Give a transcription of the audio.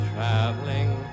Traveling